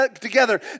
together